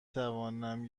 توانم